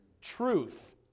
truth